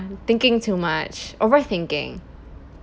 thinking too much overthinking